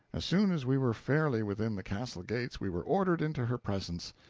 as soon as we were fairly within the castle gates we were ordered into her presence.